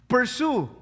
Pursue